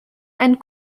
and